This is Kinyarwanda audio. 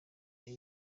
the